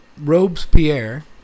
Robespierre